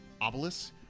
obelisk